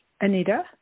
Anita